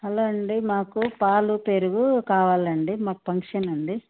hello అండి మాకు పాలు పెరుగు కావాలండి మాకు ఫంక్షన్ ఉంది